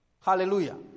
Hallelujah